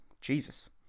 Jesus